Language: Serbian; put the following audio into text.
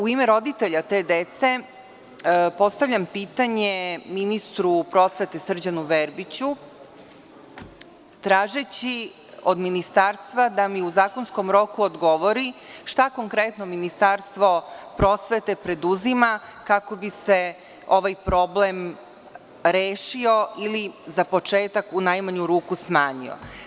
U ime roditelja te dece postavljam pitanje ministru prosvete Srđanu Verbiću, tražeći od Ministarstva da mi u zakonskom roku odgovori šta konkretno Ministarstvo prosvete preduzima kako bi se ovaj problem rešio ili, za početak, u najmanju ruku, smanjio.